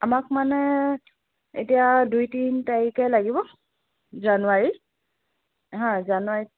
আমাক মানে এতিয়া দুই তিনি তাৰিখে লাগিব জানুৱাৰী হা জানুৱাৰীত